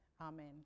Amen